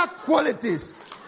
qualities